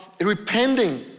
repenting